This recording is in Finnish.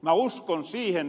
mä uskon siihen